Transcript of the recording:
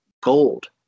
gold